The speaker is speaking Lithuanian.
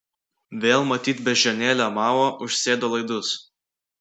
vėl matyt beždžionėlė mao užsėdo laidus